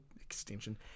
extinction